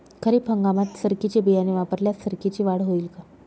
खरीप हंगामात सरकीचे बियाणे वापरल्यास सरकीची वाढ होईल का?